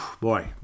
boy